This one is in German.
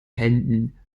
händen